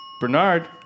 Bernard